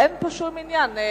אין פה שום עניין.